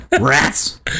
Rats